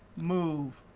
move.